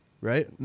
Right